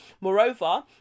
Moreover